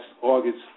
August